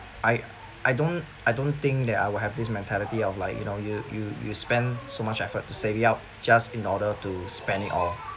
I I don't I don't think that I will have this mentality of like you know you you you spend so much effort to save ya just in order to spend it all